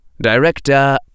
Director